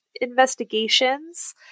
investigations